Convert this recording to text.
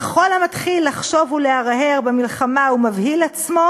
וכל המתחיל לחשוב ולהרהר במלחמה ומבהיל עצמו,